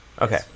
okay